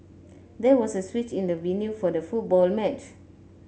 there was a switch in the venue for the football match